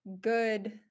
good